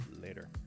later